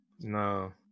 No